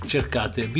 Cercate